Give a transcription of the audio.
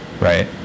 right